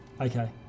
Okay